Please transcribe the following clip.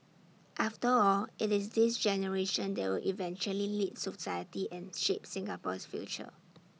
after all IT is this generation that will eventually lead society and shape Singapore's future